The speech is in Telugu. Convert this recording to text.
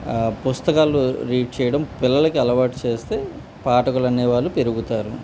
పుస్తకాలు రీడ్ చేయడం పిల్లలకి అలవాటు చేస్తే పాఠకులు అనే వాళ్ళు పెరుగుతారు